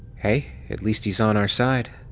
hey, at least he's on our side.